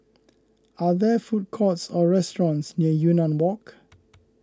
are there food courts or restaurants near Yunnan Walk